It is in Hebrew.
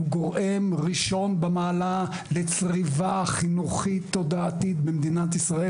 הוא גורם ראשון במעלה לצריבה חינוכית-תודעתית במדינת ישראל.